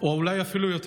או אולי אפילו יותר.